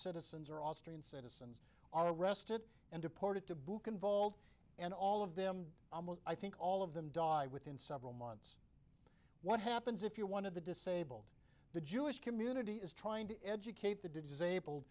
citizens or austrian sins are arrested and deported to book involved and all of them i think all of them died within several months what happens if you one of the disabled the jewish community is trying to educate the disabled